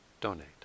donate